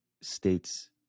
states